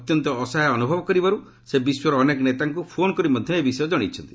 ଅତ୍ୟନ୍ତ ଅସହାୟ ଅନୁଭବ କରିବାରୁ ସେ ବିଶ୍ୱର ଅନେକ ନେତାଙ୍କୁ ଫୋନ୍ କରି ମଧ୍ୟ ଏହି ବିଷୟ ଜଣାଇଛନ୍ତି